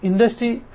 industry 4